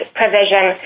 provision